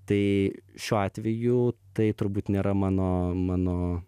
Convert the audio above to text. tai šiuo atveju tai turbūt nėra mano mano